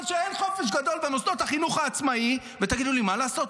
שאין חופש גדול במוסדות החינוך העצמאי ותגידו לי: מה לעשות,